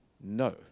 no